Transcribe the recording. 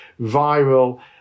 viral